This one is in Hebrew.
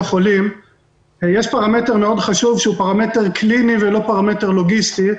חולים יש פרמטר חשוב מאוד שהוא פרמטר קליני ולא לוגיסטי,